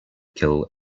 kill